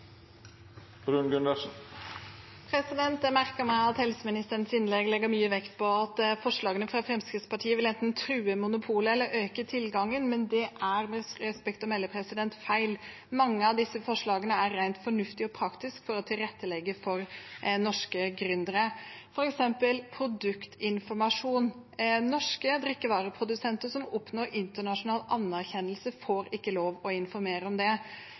Jeg merker meg at helseministeren i sitt innlegg legger stor vekt på at forslagene fra Fremskrittspartiet enten vil true monopolet eller øke tilgangen, men det er med respekt å melde feil. Mange av disse forslagene er rent fornuftige og praktiske for å tilrettelegge for norske gründere. Når det gjelder f.eks. produktinformasjon, får norske drikkevareprodusenter som oppnår internasjonal anerkjennelse, ikke lov til å informere om det.